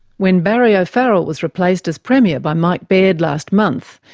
when barry o'farrell was replaced as premier by mike baird last month,